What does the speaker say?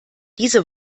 diese